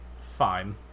fine